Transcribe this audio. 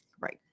Right